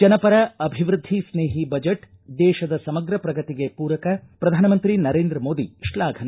ಜನಪರ ಅಭಿವೃದ್ಧಿ ಸ್ನೇಹಿ ಬಜೆಟ್ ದೇಶದ ಸಮಗ್ರ ಪ್ರಗತಿಗೆ ಪೂರಕ ಪ್ರಧಾನಮಂತ್ರಿ ನರೇಂದ್ರ ಮೋದಿ ಶ್ಲಾಫನೆ